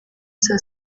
saa